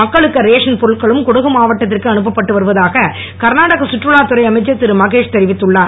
மக்களுக்கான ரேஷன் பொருட்களும் குடகு மாவட்டத்திற்கு அனுப்பப்பட்டு வருவதாக கர்நாடகா கற்றுலாத் துறை அமைச்சர் திரு மகேஷ் தெரிவித்துள்ளார்